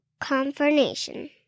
confirmation